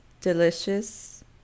delicious